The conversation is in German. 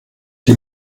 die